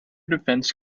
defence